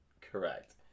correct